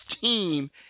team